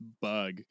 bug